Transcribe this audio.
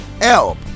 Help